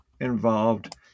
involved